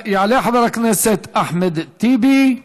יעלה חבר הכנסת אחמד טיבי,